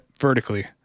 vertically